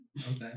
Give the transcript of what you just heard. okay